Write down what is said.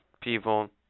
people